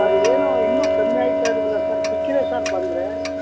ಅದು ಏನೋ ಇನ್ನೂ ಕಮ್ಮಿ ಆಗ್ತಾ ಇಲ್ಲವಲ್ಲ ಸರ್ ಸಿಕ್ತೀರಾ ಸರ್ ಬಂದರೆ